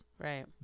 Right